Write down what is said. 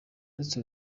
uretse